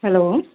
hello